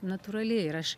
natūraliai ir aš